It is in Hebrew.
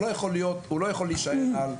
הוא לא יכול להישאר על,